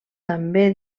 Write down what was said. també